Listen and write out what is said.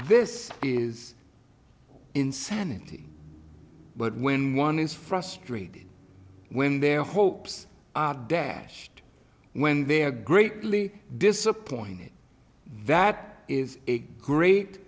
this is insanity but when one is frustrated when their hopes are dashed when they're greatly disappointed that is a great